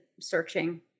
searching